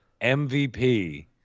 MVP